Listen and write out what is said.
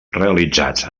realitzats